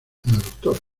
doctora